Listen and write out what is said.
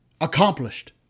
Accomplished